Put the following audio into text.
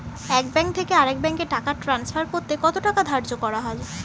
এক ব্যাংক থেকে আরেক ব্যাংকে টাকা টান্সফার করতে কত টাকা ধার্য করা হয়?